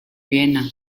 vienna